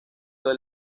del